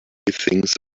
things